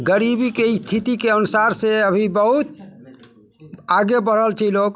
गरीबीके स्थितिके अनुसारसँ अभी बहुत आगे बढ़ल छै लोक